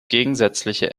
gegensätzliche